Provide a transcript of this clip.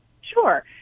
Sure